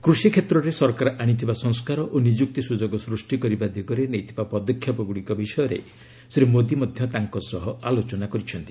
କୃଷି କ୍ଷେତ୍ରରେ ସରକାର ଆଶିଥିବା ସଂସ୍କାର ଓ ନିଯୁକ୍ତି ସୁଯୋଗ ସୃଷ୍ଟି କରିବା ଦିଗରେ ନେଇଥିବା ପଦକ୍ଷେପଗୁଡ଼ିକ ବିଷୟରେ ଶ୍ରୀ ମୋଦୀ ମଧ୍ୟ ତାଙ୍କ ସହ ଆଲୋଚନା କରିଛନ୍ତି